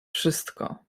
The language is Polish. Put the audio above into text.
wszystko